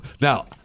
Now